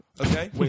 Okay